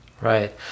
Right